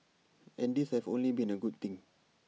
and these have only been A good thing